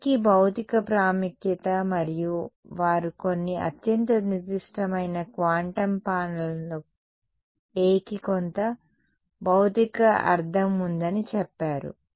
Aకి భౌతిక ప్రాముఖ్యత మరియు వారు కొన్ని అత్యంత నిర్దిష్టమైన క్వాంటం పాలనలో Aకి కొంత భౌతిక అర్ధం ఉందని చెప్పారు